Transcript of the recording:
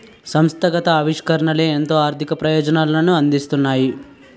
సంస్థాగత ఆవిష్కరణలే ఎంతో ఆర్థిక ప్రయోజనాలను అందిస్తున్నాయి